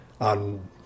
on